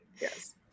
yes